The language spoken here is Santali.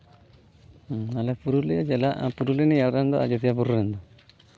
ᱟᱞᱮ ᱯᱩᱨᱩᱞᱤᱭᱟᱹ ᱡᱮᱞᱟ ᱯᱩᱨᱩᱞᱤᱭᱟᱹ ᱡᱮᱞᱟ ᱨᱮᱱ ᱫᱚ ᱟᱡᱚᱫᱤᱭᱟᱹ ᱵᱩᱨᱩ ᱨᱮᱱᱫᱚ